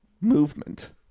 Movement